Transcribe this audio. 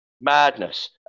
madness